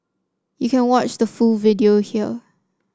you can watch the full video here